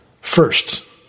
First